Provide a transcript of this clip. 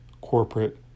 corporate